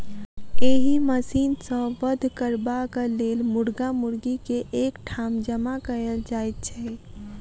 एहि मशीन सॅ वध करबाक लेल मुर्गा मुर्गी के एक ठाम जमा कयल जाइत छै